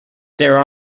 there